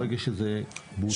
ברגע שזה בוצע.